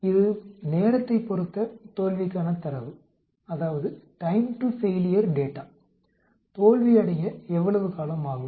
இது நேரத்தைப் பொருத்த தோல்விக்கான தரவு தோல்வியடைய எவ்வளவு காலம் ஆகும்